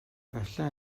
efallai